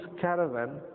caravan